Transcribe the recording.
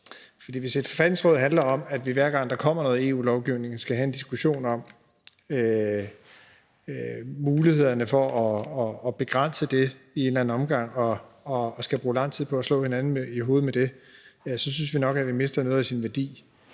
hvis et forfatningsråd handler om, at vi, hver gang der kommer noget EU-lovgivning, skal have en diskussion om mulighederne for at begrænse det i et eller andet omfang og skal bruge lang tid på at slå hinanden i hovedet med det, så synes vi nok, at det mister noget af sin værdi.